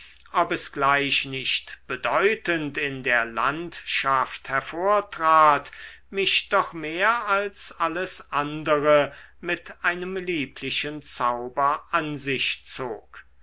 ob es gleich nicht bedeutend in der landschaft hervortrat mich doch mehr als alles andere mit einem lieblichen zauber an sich zog